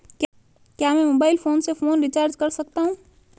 क्या मैं mobile phone से फोन रिचार्ज कर सकता हूं?